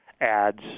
ads